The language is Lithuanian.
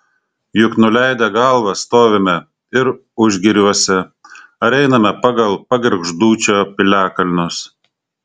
juk nuleidę galvas stovime ir užgiriuose ar einame pagal pagirgždūčio piliakalnius